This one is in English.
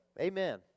Amen